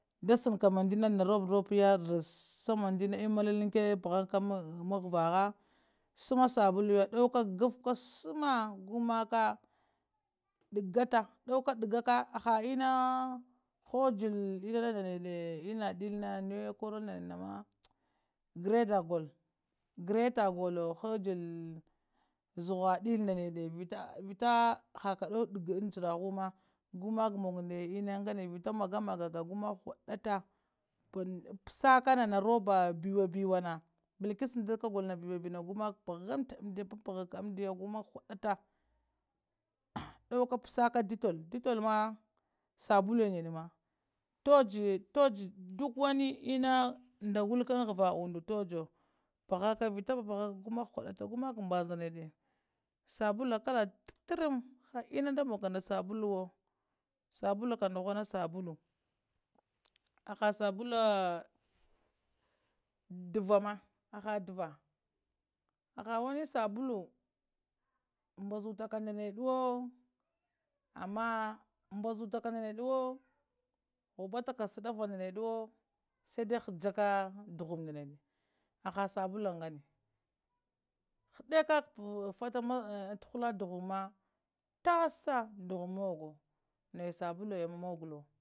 Da sənka mindana nda rop rop ya manɗina imi liniki phavaka mahavaha sama sabuluya dauka guff ka sama gumaka dagata aha inna hogulo enana ndanede inna dilli nuwe korolowo ndanede ma gradda golowo greata golowo hogulo zuhua dilli ndanedeve vita vita haka dowo daka ta an jarahau ma gumaka manna naya inna ngane gumaka hudata pasaka nana roba biwa buwana balkisude kagolo ndanede gumaka huddata dauka pasaka detol, detol ma sabulunede ma towojo towojo duk wani enna nda wulki anhava umɗu tojowo pahaka vita pahaka gumaka hudata gumaka mbasa ndanede sabulu kala turum ha inna sa mugoka nɗa saɓuluwo saɓulu kam ɗuhuna sabulu, aha sabuluwa ɗivva ma aha ɗivva aha wani sabulu mbazutaka ndanedewo amma mbazutaka ndanedewa mbazaptaka shadahva ndanedewo sai ɗai hajjaka ɗuɦumi nɗaneɗe aha sabulu ngane hadek kakah tatta tuhulla duhum ma tassa duhum naya sabuluya nuhulowo